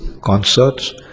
concerts